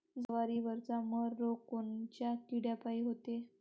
जवारीवरचा मर रोग कोनच्या किड्यापायी होते?